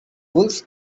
wolves